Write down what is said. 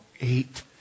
eight